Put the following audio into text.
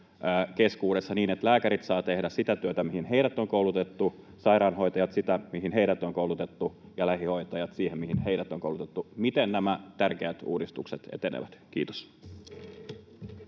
keskuudessa niin, että lääkärit saavat tehdä sitä työtä, mihin heidät on koulutettu, sairaanhoitajat sitä, mihin heidät on koulutettu, ja lähihoitajat sitä, mihin heidät on koulutettu. Miten nämä tärkeät uudistukset etenevät? — Kiitos.